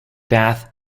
bath